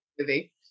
movie